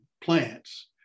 plants